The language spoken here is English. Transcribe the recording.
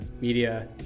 Media